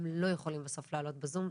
הם לא יכולים בסוף להעלות בזום,